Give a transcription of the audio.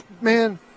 man